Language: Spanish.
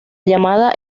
llamada